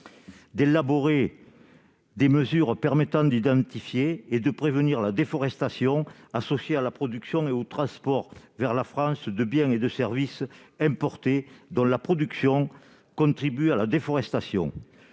d'élaborer des mesures permettant d'identifier et de prévenir la déforestation associés à la production et au transport vers la France de biens et de services importés dans la production, contribue à la déforestation,